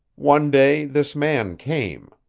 one day this man came.